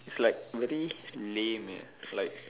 it's like very lame eh like